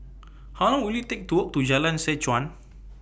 How Long Will IT Take to Walk to Jalan Seh Chuan